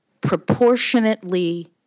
proportionately